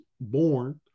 born